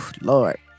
Lord